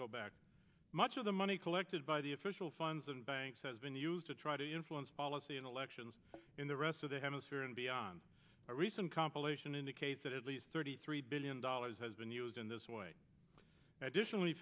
go back much of the money collected by the official funds and banks has been used to try to influence policy in elections in the rest of the hemisphere and beyond our recent compilation indicates that at least thirty three billion dollars has been used in this way additionally